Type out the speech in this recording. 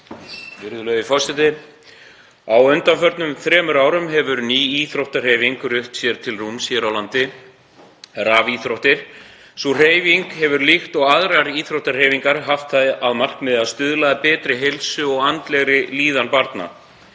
Virðulegi forseti. Á undanförnum þremur árum hefur ný íþróttahreyfing rutt sér til rúms hér á landi, rafíþróttir. Sú hreyfing hefur líkt og aðrar íþróttahreyfingar haft það að markmiði að stuðla að betri heilsu og andlegri líðan barna.